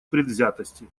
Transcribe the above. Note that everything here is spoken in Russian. предвзятости